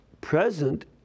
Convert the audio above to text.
present